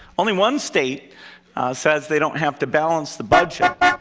only one state says they don't have to balance the budget.